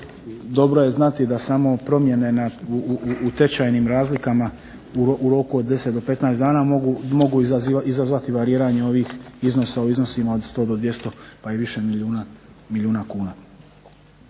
dobro je znati da samo promjene u tečajnim razlikama u roku od 10 do 15 dana mogu izazvati variranje ovih iznosa u iznosima od 100 do 200 pa i više milijuna kuna.